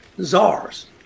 czars